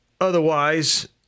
otherwise